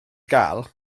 gael